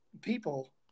people